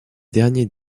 derniers